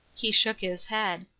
he shook his head,